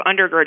undergirded